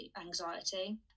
anxiety